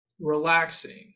relaxing